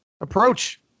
approach